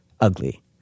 ugly